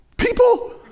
people